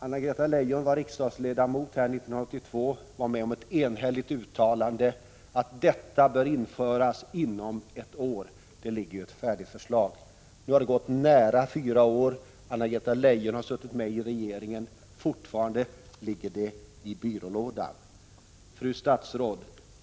Anna-Greta Leijon var riksdagsledamot 1982 och var med om ett enhälligt uttalande om att bilstöd borde införas inom ett år — det finns ju ett färdigt förslag. Nu har det gått nära fyra år, och Anna-Greta Leijon har suttit med i regeringen. Men fortfarande ligger förslaget i byrålådan. Fru statsråd!